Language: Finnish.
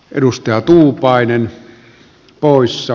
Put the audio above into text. arvoisa herra puhemies